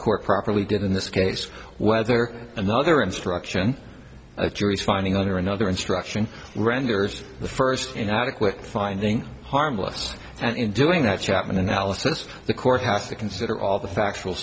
court properly did in this case whether another instruction a jury's finding other another instruction renders the first inadequate finding harmless and in doing that chapman analysis the court has to consider all the factual